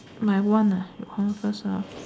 my one lah you hold on first